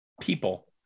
people